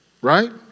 right